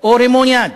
או רימון-יד.